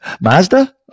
Mazda